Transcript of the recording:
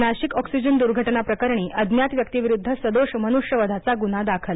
Nashik oxygen दूर्घटना प्रकरणी अज्ञात व्यक्तीविरुद्ध सदोष मनुष्यवधाचा गुन्हा दाखल